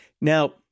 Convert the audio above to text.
now